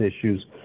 issues